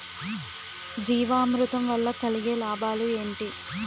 జీవామృతం వల్ల కలిగే లాభాలు ఏంటి?